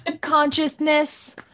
Consciousness